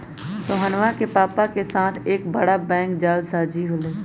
सोहनवा के पापा के साथ एक बड़ा बैंक जालसाजी हो लय